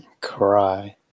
cry